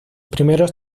primeros